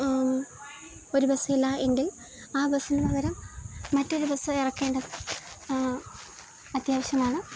ഒരു ബസ്സില്ല എങ്കിൽ ആ ബസ്സിന് പകരം മറ്റൊരു ബസ്സ് ഇറക്കേണ്ടത് അത്യാവശ്യമാണ്